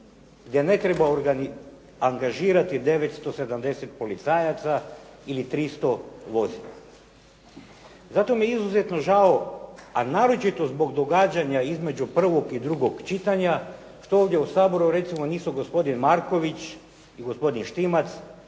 gdje ne treba angažirati 970 policajaca ili 300 vozila. Zato mi je izuzetno žao, a naročito zbog događanja između prvog i drugog čitanja, što ovdje u Saboru nisu gospodin Marković i gospodin Štimac,